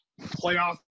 playoff